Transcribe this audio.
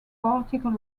particle